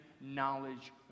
knowledge